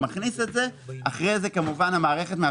הוא מכניס את זה --- זה, בעצם, המחזור?